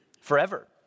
Forever